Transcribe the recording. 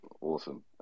Awesome